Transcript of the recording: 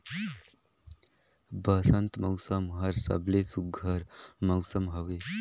बंसत मउसम हर सबले सुग्घर मउसम हवे